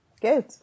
Good